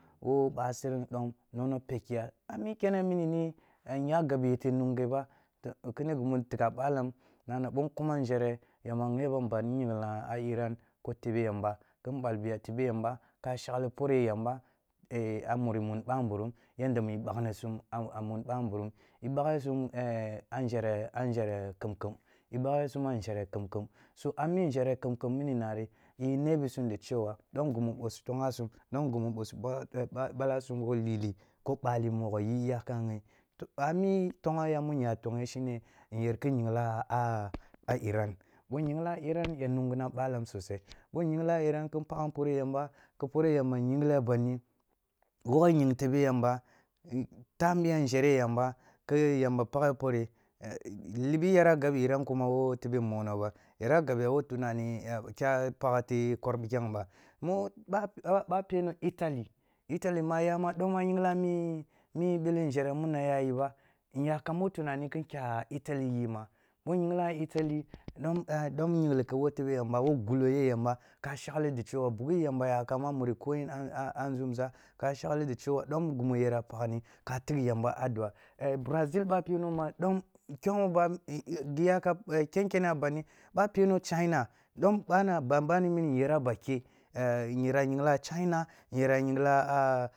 Wo basereng dom nong nap ekki ya, a mi kene muri ni e nya gabe yete minge ba kimi gimi ntegha balam na na bo nkumam nzhere, yamba gheban, yi ying la iran ko tibe yamba, kin val biya tebe yamba ka shaghi pore yamba e a muri mun bamburum yadola mai baghni sum a a mun bambuurum i baghi sum e a nzhere-a nzhere kem kem, i baghre sum a nzhere so a mi nzhere ken kem mini nari i ne bi sum da chiwa dom gammu bo si togha sum, dom gimu wo lili ko bali mogho iyakam ghi. To a mi togho yam mun ya toghe shine, nyer ki nyigla a a iran, bon ying lan hra ya hungu nang balam sosai, bon ying lam iran kin npalgham pore yamba ki pore yamba yingle a bandi woghe ying tobe yamba, ntam biya nzhere yamba ki yamba pakhe pore e e libi yara gab iran kuma wo tebe mono ba, iran ya gabya wo tunane ya kya pakh te kwar bikyang ba ba ba pero itali, itali ma ya ma dom a yingla ni mele nzhere muna yayi ba, nyakam wo tunani ki nkya itali yi ma, bo nyingla itali nong e dom nyingli ke wo tebe yamba wo gullo ye yamba ka shaghi da shewa bughi yamba yakham a mun koye a a nzumza, ka shagli da shewa dom gima yara paknni, ka tigh yamba a dua, brazil boa peno ma, dom kyomu bba gi ya ken kene a bandi ba peno china, do bana, ban bani muni nyera b akee a nyera yimgla china, nyera yingla